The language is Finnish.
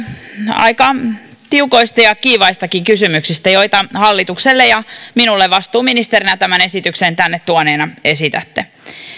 aika tiukoista ja kiivaistakin kysymyksistä joita hallitukselle ja minulle vastuuministerinä tämän esityksen tänne tuoneena esitätte